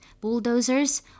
bulldozers